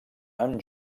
amb